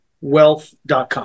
Wealth.com